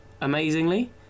amazingly